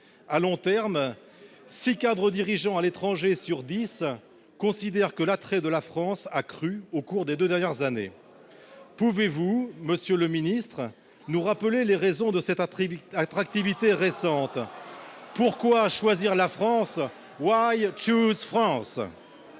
À long terme, six cadres dirigeants à l'étranger sur dix considèrent que l'attrait de la France a crû au cours de deux dernières années. C'est faux ! Pouvez-vous, monsieur le secrétaire d'État, nous rappeler les raisons de cette attractivité récente ? Pourquoi choisir la France ?? La parole est